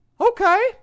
Okay